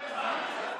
ולכן אני